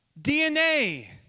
DNA